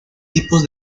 tipos